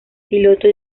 piloto